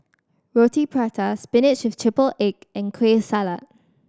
Roti Prata spinach with triple egg and Kueh Salat